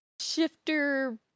shifter